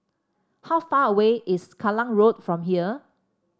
how far away is Kallang Road from here